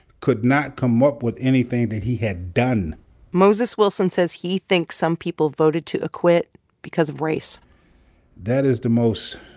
could not come up with anything that he had done moses wilson says he thinks some people voted to acquit because of race that is the most